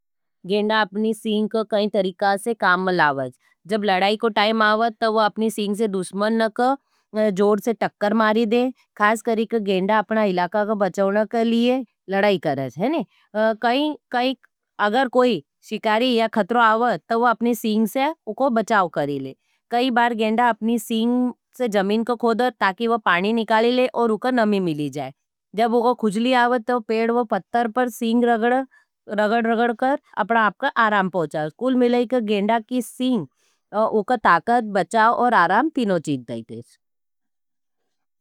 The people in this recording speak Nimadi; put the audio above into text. गेंडा अपनी सींग का कई तरीका से काम में लावाज। जब लड़ाई को टाइम आवद, तो वो अपनी सींग से दुश्मन का जोर से टक्कर मारी दे। खास करी का गेंडा अपना इलाका का बचाउने के लिए लड़ाई करज। है नी, कई अगर कोई शिकारी का खत्रो आवत, तो वो अपनी सींग से उको बचाव करी ले। कई बार गेंडा अपनी सींग से जमीन को खोदर, ताकि वो पानी निकाली ले और उको नमी मिली जाए। जब उको खुझली आवद, तो पेड़ वो पत्तर पर सींग रगड, रगड-रगड कर अपना आपका आराम पोचाए। कुल मिले गेंडा की सींग, उका ताकत, बचाव और आराम तीनों चीज दाईते हैं।